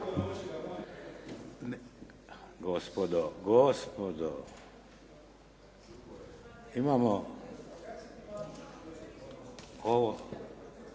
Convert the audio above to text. Gospodo, gospodo! Imamo,